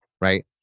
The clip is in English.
right